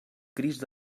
crist